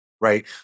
Right